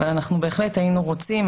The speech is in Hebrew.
אבל בהחלט היינו רוצים,